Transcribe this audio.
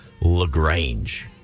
LaGrange